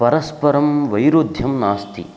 परस्परं वैरुद्ध्यं नास्ति